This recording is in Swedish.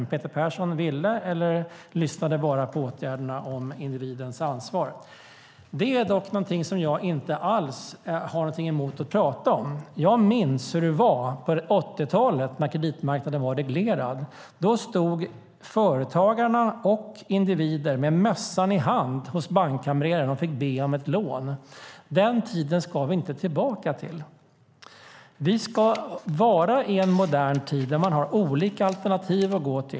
Men Peter Persson kanske bara lyssnade på åtgärderna om individens ansvar. Det är dock någonting som jag inte alls har något emot att tala om. Jag minns hur det var på 80-talet när kreditmarknaden var reglerad. Då stod företagare och individer med mössan i hand hos bankkamreren för att be om ett lån. Den tiden ska vi inte tillbaka till. Vi ska vara i en modern tid där man har olika alternativ.